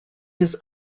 his